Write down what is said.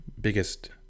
biggest